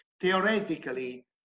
theoretically